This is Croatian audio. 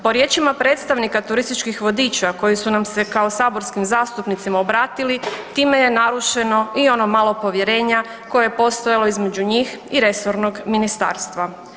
Po riječima predstavnika turističkih vodiča koji su nam se kao saborskim zastupnicima obratili time je narušeno i ono malo povjerenja koje je postojalo između njih i resornog ministarstva.